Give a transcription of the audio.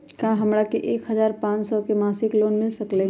का हमरा के एक हजार पाँच सौ के मासिक लोन मिल सकलई ह?